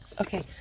Okay